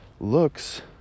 Looks